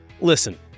Listen